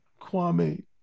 Kwame